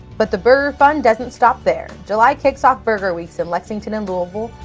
but the burger fun doesn't stop there. july kicks off burger weeks in lexington and louisville,